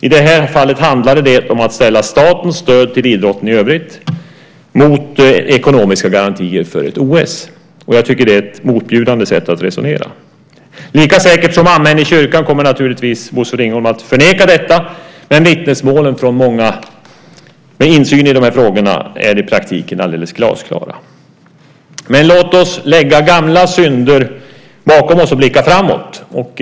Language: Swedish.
I det här fallet handlade det om att ställa statens stöd till idrotten i övrigt mot ekonomiska garantier för ett OS. Jag tycker att det är ett motbjudande sätt att resonera. Lika säkert som amen i kyrkan kommer naturligtvis Bosse Ringholm att förneka detta. Men vittnesmålen från många med insyn i frågorna är i praktiken alldeles glasklara. Men låt oss lägga gamla synder bakom oss och blicka framåt!